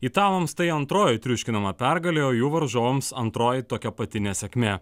italams tai antroji triuškinama pergalė o jų varžovams antroji tokia pati nesėkmė